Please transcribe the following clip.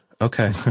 Okay